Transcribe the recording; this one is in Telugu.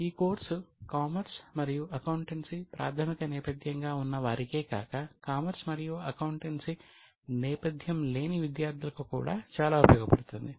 ఈ కోర్సు కామర్స్ మరియు అకౌంటెన్సీ ప్రాథమిక నేపథ్యంగా ఉన్న వారికే కాక కామర్స్ మరియు అకౌంటెన్సీ నేపథ్యం లేని విద్యార్థులకు కూడా చాలా ఉపయోగపడుతుంది